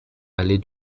allée